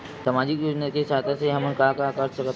सामजिक योजना के सहायता से हमन का का कर सकत हन?